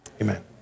Amen